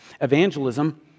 Evangelism